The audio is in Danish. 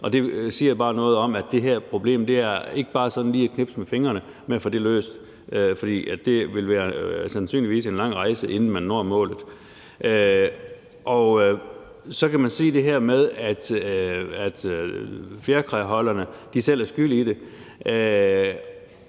det siger bare noget om, at det her problem ikke bare kan løses med et knips med fingrene, for det vil sandsynligvis være en lang rejse, inden man når målet. Så kan man sige, at fjerkræholderne selv er skyld i det,